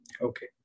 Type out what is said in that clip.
okay